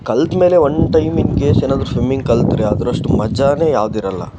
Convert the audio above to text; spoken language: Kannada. ಕಲ್ತ ಮೇಲೆ ಒಂದು ಟೈಮ್ ಇನ್ಕೇಸ್ ಏನಾದರೂ ಸ್ವಿಮ್ಮಿಂಗ್ ಕಲಿತರೆ ಅದರಷ್ಟು ಮಜವೇ ಯಾವುದಿರೋಲ್ಲ